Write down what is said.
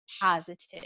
positive